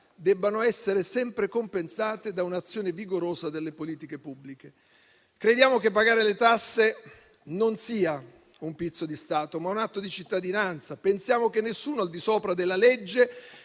debbano essere sempre compensate da un'azione vigorosa delle politiche pubbliche. Crediamo che pagare le tasse non sia un «pizzo di Stato», ma un atto di cittadinanza. Pensiamo che nessuno sia al di sopra della legge